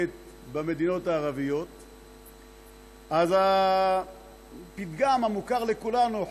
במדינות הערביות אז הפתגם המוכר לכולנו,